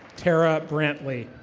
kara brantley.